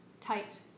Tight